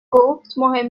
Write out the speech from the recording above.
گفتمهم